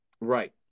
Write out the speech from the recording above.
right